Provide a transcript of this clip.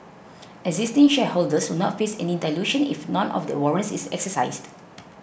existing shareholders will not face any dilution if none of the warrants is exercised